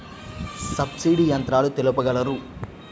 Subsidy యంత్రాలు తెలుపగలరు?